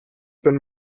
been